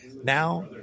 Now